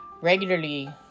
Regularly